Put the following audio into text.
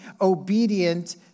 obedient